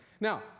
Now